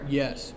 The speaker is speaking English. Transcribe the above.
yes